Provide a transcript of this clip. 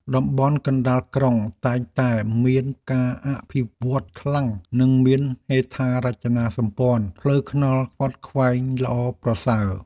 តំបន់កណ្តាលក្រុងតែងតែមានការអភិវឌ្ឍខ្លាំងនិងមានហេដ្ឋារចនាសម្ព័ន្ធផ្លូវថ្នល់ខ្វាត់ខ្វែងល្អប្រសើរ។